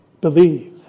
believe